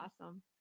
awesome